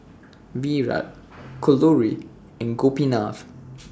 Virat Kalluri and Gopinath